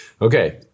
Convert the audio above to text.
Okay